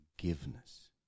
forgiveness